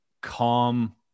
calm